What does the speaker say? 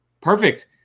Perfect